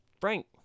Frank